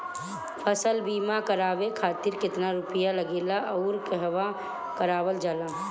फसल बीमा करावे खातिर केतना रुपया लागेला अउर कहवा करावल जाला?